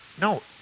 No